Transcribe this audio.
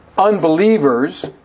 unbelievers